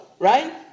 Right